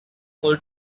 for